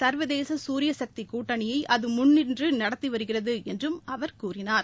சர்வதேச சூரிய சக்தி கூட்டணியை அது முன்னின்று நடத்தி வருகிறது என்றும் அவர் கூறினார்